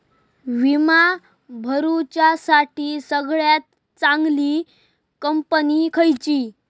विमा भरुच्यासाठी सगळयात चागंली कंपनी खयची?